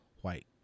white